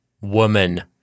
woman